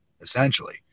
essentially